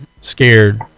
scared